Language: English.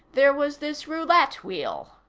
there was this roulette wheel